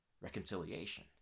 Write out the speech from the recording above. reconciliation